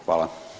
Hvala.